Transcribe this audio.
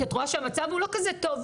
כי את רואה שהמצב הוא לא כזה טוב.